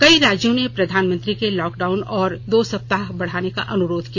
कई राज्यों ने प्रधानमंत्री से लॉकडाउन और दो सप्ताह बढ़ाने का अनुरोध किया